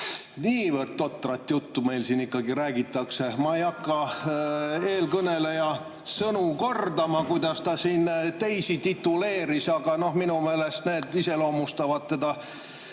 niivõrd totrat juttu meil siin ikkagi räägitakse. Ma ei hakka kordama eelkõneleja sõnu, kuidas ta siin teisi tituleeris – minu meelest need iseloomustavad teda